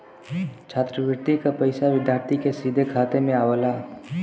छात्रवृति क पइसा विद्यार्थी के सीधे खाते में आवला